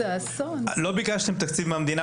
לא ביקשתם תקציב מהמדינה,